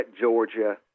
Georgia